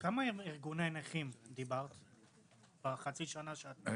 עם כמה ארגוני נכים דיברת בחצי שנה שאת בתפקיד?